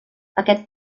aquest